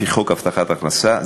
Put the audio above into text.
לפי חוק הבטחת הכנסה,